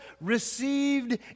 received